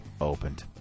opened